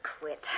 quit